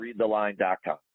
readtheline.com